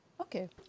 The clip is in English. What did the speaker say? Okay